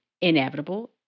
inevitable